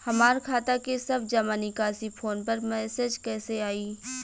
हमार खाता के सब जमा निकासी फोन पर मैसेज कैसे आई?